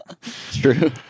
True